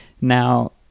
now